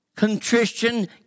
contrition